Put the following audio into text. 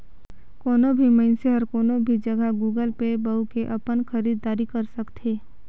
कोनो भी मइनसे हर कोनो भी जघा गुगल पे ल बउ के अपन खरीद दारी कर सकथे